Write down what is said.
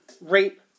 rape